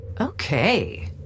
Okay